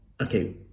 Okay